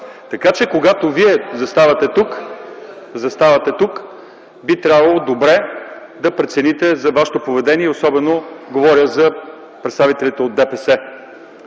ГЕРБ.) Когато вие заставате тук, би трябвало добре да прецените своето поведение – говоря за представителите на ДПС.